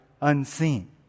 unseen